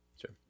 Sure